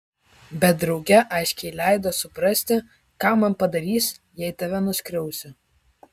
bet drauge aiškiai leido suprasti ką man padarys jei tave nuskriausiu